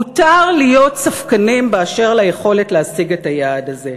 מותר להיות ספקנים באשר ליכולת להשיג את היעד הזה,